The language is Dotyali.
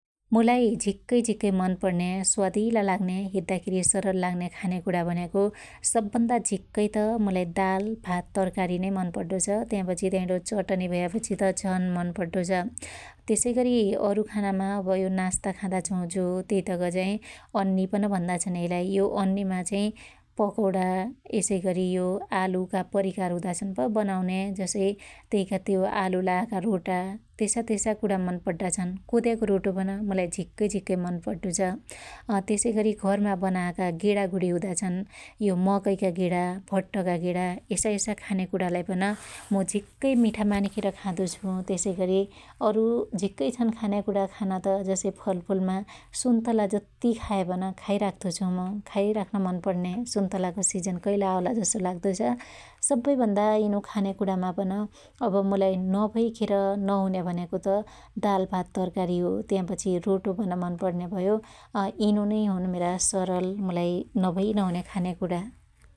मुलाई झिक्कै झिक्कै मन प्रणन्या स्वादीला लाग्न्या हेद्दाखेरी सरल लाग्न्या खान्या कुणा भन्याको सब भन्दा झिक्कै त मुलाई दाल, भात, तरकारी नै मन पड्डो छ । त्यापछी त्यमइणो चटनी भयापछी त झन मन पड्डो छ । त्यसैगरी अरु खानामा अब यो नास्तामा खादाछु जो त्यैतक चाई अन्नीपन भन्दा छन यैलाई । यो अन्नीमा चाई पकौणा ,यसैगरी यो आलुका परीकार हुदा छन प बनाउन्या जसै त्यैका त्यो आलु लायाका रोटा त्यसा त्यसा कुणा मन पड्डा छन् । कोद्याको रोटो पन मुलाई झिक्कै झिक्कै मन पड्डो छ । त्यसैगरी घरमा बनायाका गेणागुणी हुदा छन् यो मकैका गेणा, भट्टका गेणा यसायसा खानेकुणालाई पन मु झिक्कै मिठा मानिखेर खादो छु । त्यसैगरी अरु झिक्कै छन खान्या कुणा खान त जसै फलफुलमा सुन्तला जत्ती खायापन खाइ राख्तो छु मु खाई राख्न मन पण्न्या सुन्तलाको सिजन कइल आवला जसो लाग्दो छ । सब्बै भन्दा यिनु खान्याकुणामा पन अब मुलाई नभइ खेर नहुन्या भन्याको त दाल भात तरकारी हो । त्यापछी रोटो पन मन पण्न्या भयो । अ यिनु नै हुन मेरा सरल मुलाई नभइ नहुन्या खान्याकुणा ।